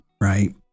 right